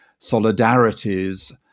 solidarities